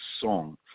song